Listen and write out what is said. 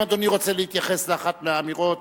האם אדוני רוצה להתייחס לאחת מהאמירות?